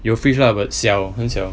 有 fridge lah but 小很小